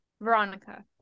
veronica